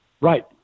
Right